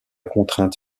contrainte